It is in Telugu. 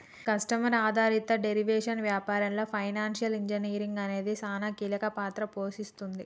కస్టమర్ ఆధారిత డెరివేటివ్స్ వ్యాపారంలో ఫైనాన్షియల్ ఇంజనీరింగ్ అనేది సానా కీలక పాత్ర పోషిస్తుంది